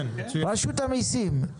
רשות המיסים,